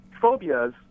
phobias